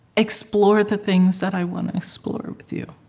explore the things that i want to explore with you?